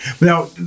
Now